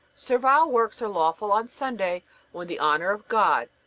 servile works are lawful on sunday when the honor of god,